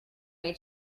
may